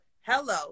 hello